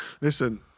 Listen